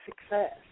success